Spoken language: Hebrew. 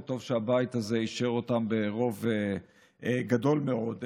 וטוב שהבית הזה אישר אותם ברוב גדול מאוד,